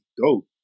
dope